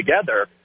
together